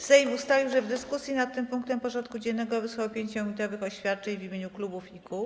Sejm ustalił, że w dyskusji nad tym punktem porządku dziennego wysłucha 5-minutowych oświadczeń w imieniu klubów i kół.